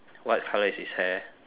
what colour is his hair